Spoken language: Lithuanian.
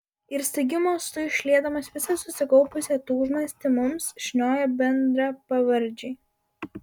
ir staigiu mostu išliedamas visą susikaupusią tūžmastį mums šniojo bendrapavardžiui